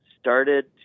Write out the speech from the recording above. started